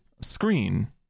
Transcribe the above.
screen